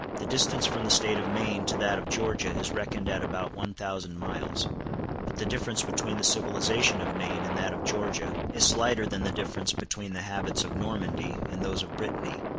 the distance from the state of maine to that of georgia is reckoned at about one thousand miles but the difference between the civilization of maine and that of georgia is slighter than the difference between the habits of normandy and those of brittany.